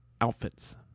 outfits